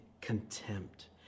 contempt